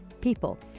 people